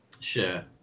Sure